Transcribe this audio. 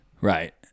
Right